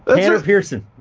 ah tanner pearson.